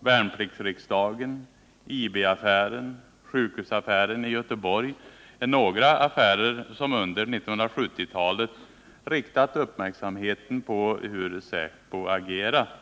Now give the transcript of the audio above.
Värnpliktsriksdagen, IB-affären och sjukhusaffären i Göteborg är några affärer som under 1970-talet riktat uppmärksamheten på hur säpo har agerat.